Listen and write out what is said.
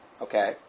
Okay